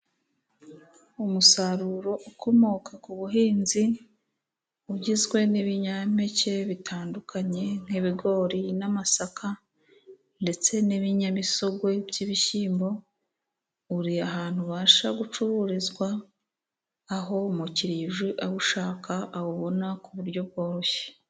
Umusaruro ukomoka ku buhinzi, ugizwe n'ibinyampeke bitandukanye, nk'ibigori n'amasaka, ndetse n'ibinyamisogwe by'ibishyimbo, uri ahantu ubasha gucururizwa, aho umukiriya aje awushaka, awubona ku buryo bworoshye.